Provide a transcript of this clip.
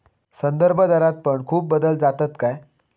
संदर्भदरात पण खूप बदल जातत काय?